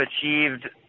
achieved